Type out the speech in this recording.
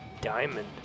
Diamond